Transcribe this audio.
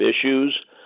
issues